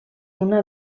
una